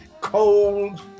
cold